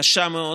קשה מאוד,